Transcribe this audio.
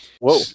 whoa